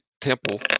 temple